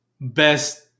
best